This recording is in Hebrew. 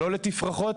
ולא לתפרחות.